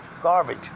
Garbage